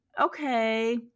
okay